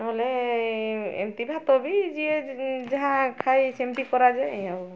ନହେଲେ ଏମିତି ଭାତ ବି ଯିଏ ଯାହା ଖାଇ ସେମିତି କରାଯାଏ ଆଉ